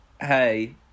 hey